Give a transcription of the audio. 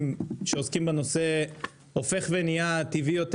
שעוסקים בנושא הופך ונהיה טבעי יותר.